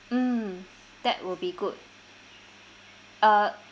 mm that will be good uh